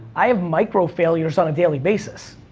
i have micro failures on a daily basis.